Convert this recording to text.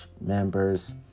members